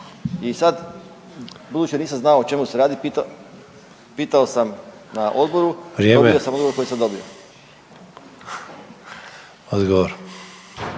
i sad budući da nisam znao o čemu se radi pitao sam na odboru i dobio sam odgovor koji sam dobio.